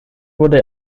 wurde